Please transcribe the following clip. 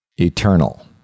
eternal